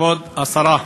כבוד השרה,